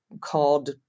called